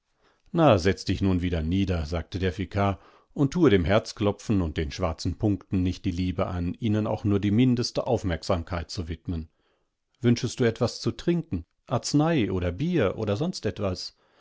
na setz dich nun wieder nieder sagte der vikar und tue dem herzklopfen und den schwarzen punkten nicht die liebe an ihnen auch nur die mindeste aufmerksamkeit zu widmen wünschest du etwas zu trinken arznei oder bier oder sonstetwas